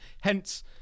hence